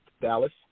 Dallas